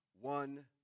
one